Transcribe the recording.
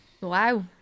Wow